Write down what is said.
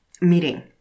meeting